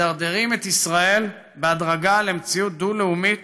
מדרדרים את ישראל בהדרגה למציאות דו-לאומית